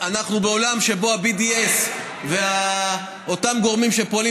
אנחנו בעולם שבו ה-BDS וגורמים שפועלים